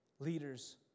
Leaders